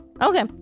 Okay